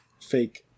fake